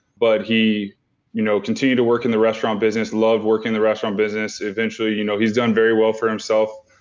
but he you know continued to work in the restaurant business, loved work in the restaurant business. you know he's done very well for himself.